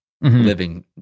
living